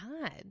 God